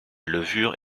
levure